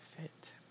fit